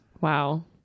Wow